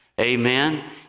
amen